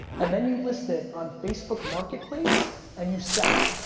and then you list it on facebook marketplace and you sell it.